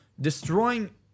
destroying